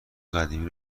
قدیمی